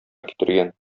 китергән